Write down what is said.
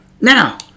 Now